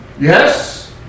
Yes